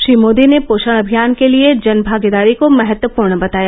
श्री मोदी ने पोषण अभियान के लिए जनभागीदारी को महत्वपूर्ण बताया